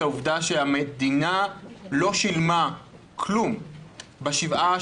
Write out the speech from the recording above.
העובדה שהמדינה לא שילמה כלום בשבעה,